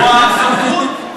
הוא הסמכות.